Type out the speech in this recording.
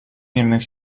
мирных